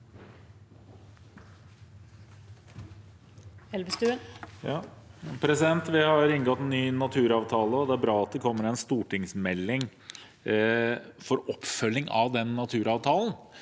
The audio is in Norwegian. Vi har inngått en ny naturavtale, og det er bra at det kommer en stortingsmelding for oppfølging av den naturavtalen.